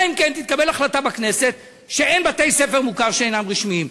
אלא אם כן תתקבל החלטה בכנסת שאין בתי-ספר מוכרים שאינם רשמיים,